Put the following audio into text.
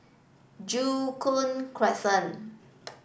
Joo Koon Crescent